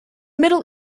middle